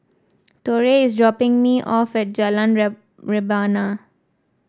Torrey is dropping me off at Jalan Rebana